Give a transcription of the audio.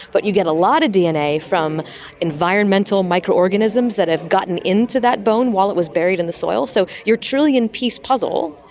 but you get a lot of dna from environmental microorganisms that have gotten into that bone while it was buried in the soil. so your trillion-piece puzzle,